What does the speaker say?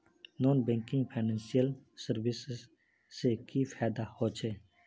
Non banking financial services से की फायदा होचे?